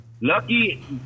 Lucky